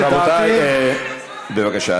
לדעתי, רבותי, בבקשה.